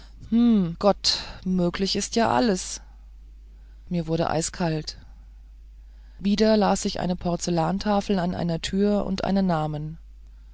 gott möglich ist ja alles mir wurde eiskalt wieder las ich eine porzellantafel an einer tür und einen namen